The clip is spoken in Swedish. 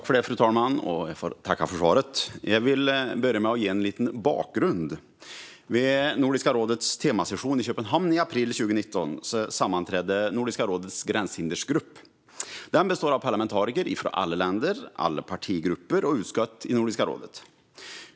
Fru talman! Jag tackar ministern för svaret. Jag vill börja med att ge en liten bakgrund. Vid Nordiska rådets temasession i Köpenhamn i april 2019 sammanträdde Nordiska rådets gränshindergrupp. Den består av parlamentariker från alla länder, partigrupper och utskott i Nordiska rådet.